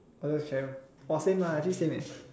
oh the shell orh same lah actually same leh